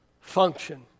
function